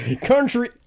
country